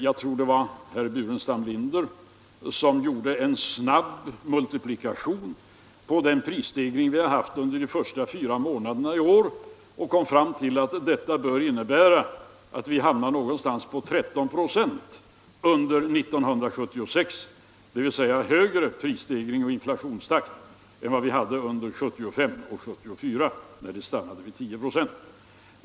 Det var väl herr Burenstam Linder som genom en snabb multiplikation av den prisstegring vi har haft under de fyra första månaderna i år kom fram till att det bör innebära att vi hamnar någonstans vid 13 94 under år 1976, dvs. en högre prisstegringsoch inflationstakt än vi hade under åren 1975 och 1974, då vi stannade på 10 96.